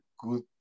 good